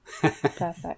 Perfect